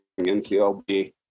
NCLB